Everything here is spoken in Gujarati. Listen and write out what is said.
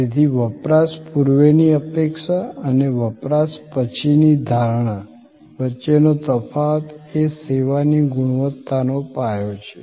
તેથી વપરાશ પૂર્વેની અપેક્ષા અને વપરાશ પછીની ધારણા વચ્ચેનો તફાવત એ સેવાની ગુણવત્તાનો પાયો છે